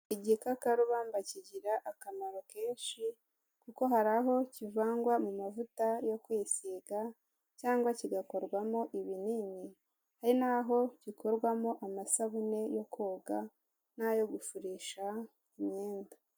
Igikakarubamba kigira akamaro kenshi kuko hari aho kivangwa mu mavuta yo kwisiga cyangwa kigakorwamo ibinini, hari naho gikorwamo amasabune yo koga n'ayo gufurisha imyenda.